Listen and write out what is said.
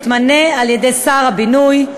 מתמנה על-ידי שר הבינוי,